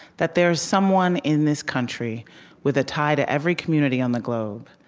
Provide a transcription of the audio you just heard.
that there's someone in this country with a tie to every community on the globe.